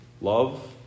love